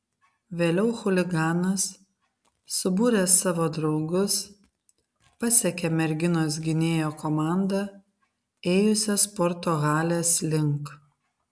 vėliau chuliganas subūręs savo draugus pasekė merginos gynėjo komandą ėjusią sporto halės link